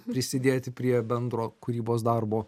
prisidėti prie bendro kūrybos darbo